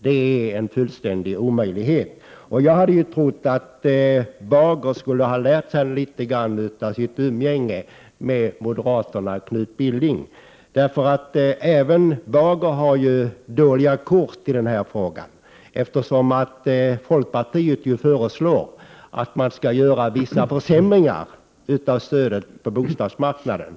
Det är en fullständig omöjlighet. Jag hade trott att Erling Bager hade lärt något av sitt umgänge med moderaterna och Knut Billing. Även Erling Bager har dåliga kort i denna fråga. Folkpartiet föreslår ju vissa försämringar av stödet på bostadsmarknaden.